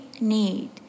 need